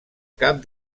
cap